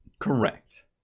correct